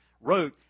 wrote